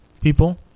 people